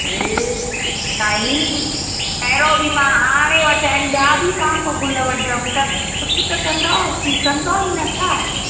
अरे साई पहिरों बि मां हाणे वठा आहिनि ॿिया बि तव्हांखां ग़ुल वठदमि त कुझु त कंदव की कंदव ई न छा